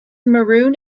maroon